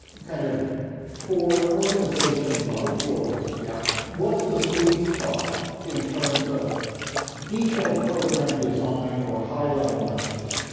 kind of for an organization like yours, yeah what's the sweet spot, in terms of detailed program design, or high level messaging?